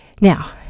now